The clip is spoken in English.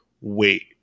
wait